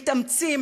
מתאמצים,